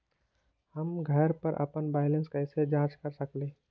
हम घर पर अपन बैलेंस कैसे जाँच कर सकेली?